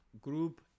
Group